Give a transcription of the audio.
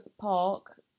park